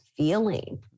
feeling